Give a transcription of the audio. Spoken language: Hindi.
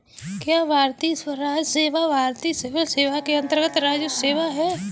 क्या भारतीय राजस्व सेवा भारतीय सिविल सेवा के अन्तर्गत्त राजस्व सेवा है?